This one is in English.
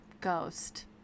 ghost